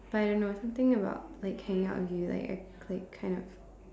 I don't know something about like hanging out with you like I kind of